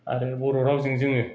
आरो बर'रावजों जोङो